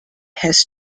has